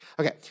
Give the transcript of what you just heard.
Okay